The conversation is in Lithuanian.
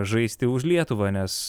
žaisti už lietuvą nes